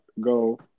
go